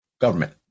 government